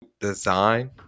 design